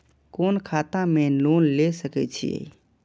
कोन खाता में लोन ले सके छिये?